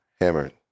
hammered